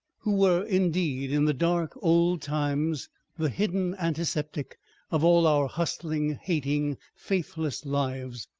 who were indeed in the dark old times the hidden antiseptic of all our hustling, hating, faithless lives.